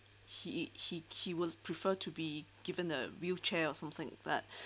he he he will prefer to be given a wheelchair or something that